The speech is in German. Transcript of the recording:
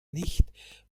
nicht